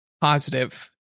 positive